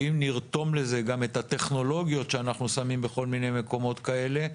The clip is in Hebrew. ואם נרתום לזה גם את הטכנולוגיות שאנחנו שמים בכל מיני מקומות כאלה,